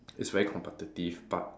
it's very competitive but